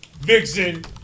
Vixen